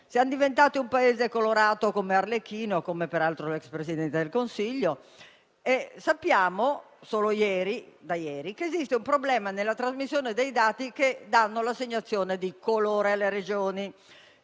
Siamo diventati un Paese colorato come Arlecchino, come peraltro l'*ex* Presidente del Consiglio. Sappiamo solo da ieri che esiste un problema nella trasmissione dei dati che determinano l'assegnazione del colore alle Regioni.